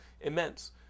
immense